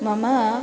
मम